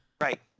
Right